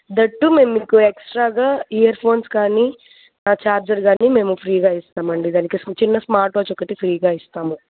that మేము మీకు ఎక్స్ట్రాగా ఇయర్ ఫోన్స్ కానీ చార్జర్ కానీ మేము ఫ్రీగా ఇస్తామండి దానికి ఒక చిన్న స్మార్ట్ వాచ్ ఒకటి ఫ్రీగా ఇస్తాము